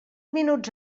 minuts